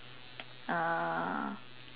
uh